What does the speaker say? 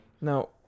Now